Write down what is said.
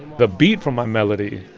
the beat from my melody,